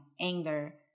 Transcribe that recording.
anger